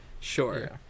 Sure